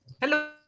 Hello